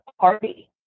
party